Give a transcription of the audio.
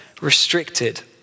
restricted